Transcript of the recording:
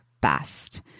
best